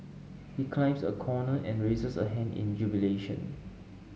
he climbs a corner and raises a hand in jubilation